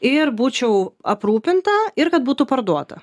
ir būčiau aprūpinta ir kad būtų parduota